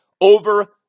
over